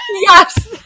Yes